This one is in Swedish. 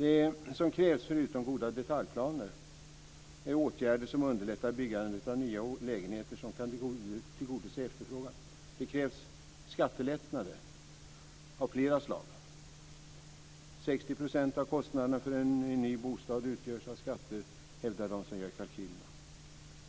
Det som krävs, förutom goda detaljplaner, är åtgärder som underlättar byggande av nya lägenheter som kan tillgodose efterfrågan. Det krävs skattelättnader av flera slag. 60 % av kostnaderna för en ny bostad utgörs av skatter, hävdar de som gör kalkylerna.